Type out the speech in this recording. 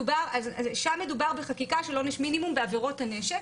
שם מדובר בחקיקה של עונש מינימום בעבירות הנשק.